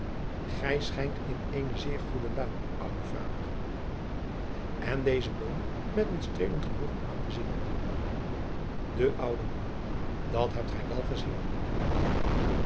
ij schijnt in eene zeer goede luim oude vader en dezen boom met een streelend genoegen aan te zien e oude an at hebt gij wel gezien